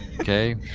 Okay